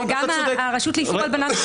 גם הרשות לאיסור הלבנת הון